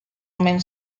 omen